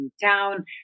town